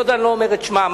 היות שאני לא אומר את שמן.